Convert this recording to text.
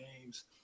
games